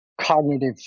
cognitive